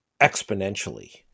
exponentially